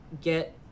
get